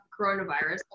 coronavirus